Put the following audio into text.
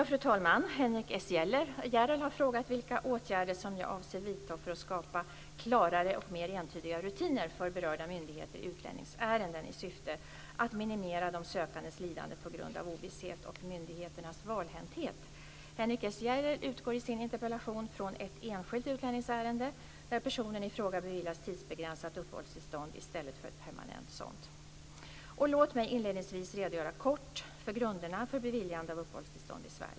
Fru talman! Henrik S Järrel har frågat vilka åtgärder jag avser vidta för att skapa klarare och mer entydiga rutiner för berörda myndigheter i utlänningsärenden i syfte att minimera de sökandes lidande på grund av ovisshet och myndigheternas valhänthet. Henrik S Järrel utgår i sin interpellation från ett enskilt utlänningsärende, där personen i fråga beviljats tidsbegränsat uppehållstillstånd i stället för ett permanent sådant. Låt mig inledningsvis redogöra kort för grunderna för beviljande av uppehållstillstånd i Sverige.